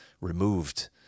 removed